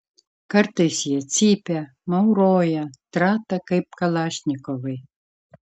kartais jie cypia mauroja trata kaip kalašnikovai